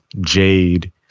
Jade